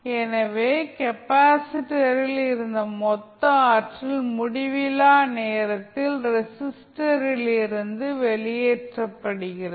எனவே கெப்பாசிட்டரில் இருந்த மொத்த ஆற்றல் முடிவிலா நேரத்தில் ரெஸிஸ்டரிலிருந்து வெளியேற்றப்படுகிறது